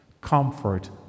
comfort